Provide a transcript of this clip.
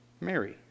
Mary